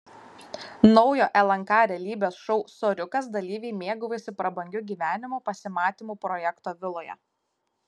naujo lnk realybės šou soriukas dalyviai mėgaujasi prabangiu gyvenimu pasimatymų projekto viloje